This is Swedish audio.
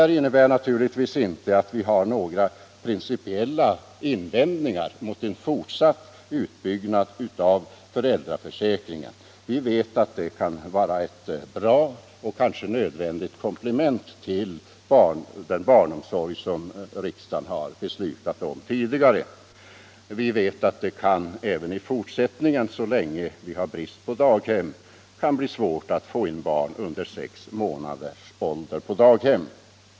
Det innebär naturligtvis inte att vi har några principiella invändningar mot en fortsatt utbyggnad av föräldraförsäkringen. Vi vet att det kan vara ett bra och kanske nödvändigt komplement till den barnomsorg som riksdagen har beslutat om tidigare. Vi vet att det även i fortsättningen, så länge vi har brist på daghem, kan bli svårt att få in barn under sex månaders ålder på daghem.